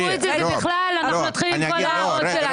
אתם תפתחו את זה ובכלל אנחנו נתחיל עם כל ההערות שלנו.